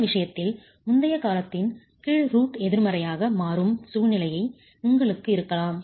இந்த விஷயத்தில் முந்தைய காலத்தின் கீழ் ரூட் எதிர்மறையாக மாறும் சூழ்நிலை உங்களுக்கு இருக்கலாம்